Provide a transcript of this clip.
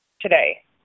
today